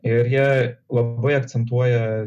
ir jie labai akcentuoja